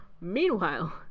Meanwhile